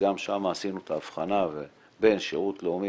שגם שם עשינו את ההבחנה בין שירות לאומי,